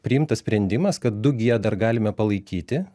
priimtas sprendimas kad du gie dar galime palaikyti